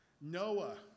Noah